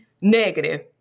negative